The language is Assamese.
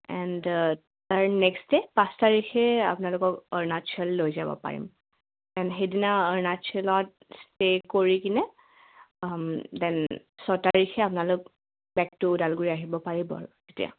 এণ্ড তাৰ নেক্সট ডে পাঁচ তাৰিখে আপোনালোকক অৰুণাচল লৈ যাব পাৰিম এন সেইদিনা অৰুণাচলত ষ্টে' কৰি কিনে দেন ছয় তাৰিখে আপোনালোক বেক টু ওদালগুৰি আহিব পাৰিব আৰু তেতিয়া